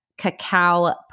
cacao